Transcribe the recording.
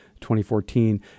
2014